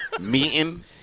meeting